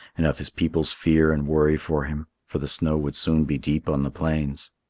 and of his people's fear and worry for him, for the snow would soon be deep on the plains.